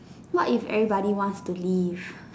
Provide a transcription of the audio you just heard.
what if everybody wants to be